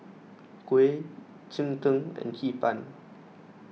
Kuih Cheng Tng and Hee Pan